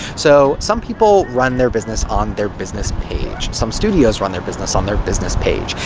so, some people run their business on their business page. some studios run their business on their business page.